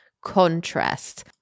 contrast